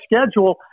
schedule